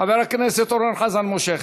חבר הכנסת אורן חזן, מושך,